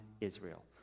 israel